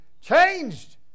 changed